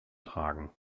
tragen